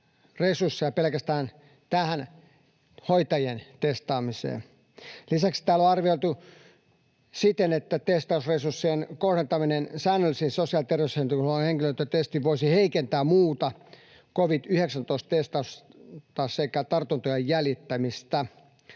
henkilöstöresursseja pelkästään tähän hoitajien testaamiseen. Lisäksi täällä on arvioitu siten, että testausresurssien kohdentaminen säännöllisiin sosiaali‑ ja terveydenhuollon henkilöiden testauksiin voisi heikentää muuta covid-19-testausta sekä tartuntojen jäljittämistä.